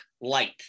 light